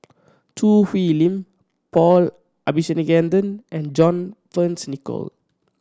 Choo Hwee Lim Paul Abisheganaden and John Fearns Nicoll